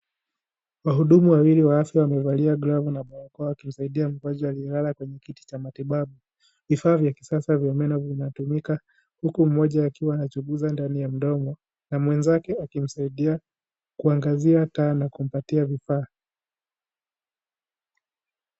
Wahudumu wawili wa afya wamevalia glavu na barakoa wakimsaidia mgonjwa aliyelala kwenye kiti cha matibabu, vifaa vya kisasa vya meno vinatumika, huku mmoja akiwa anachunguza ndani ya mdomo, na mwenzake akimsaidia kuangazia taa na kumpatia vifaa.